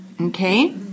Okay